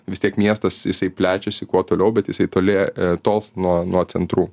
vis tiek miestas jisai plečiasi kuo toliau bet jisai tolė tols nuo nuo centrų